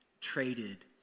traded